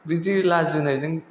बिदि लाजिनायजों